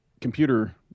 computer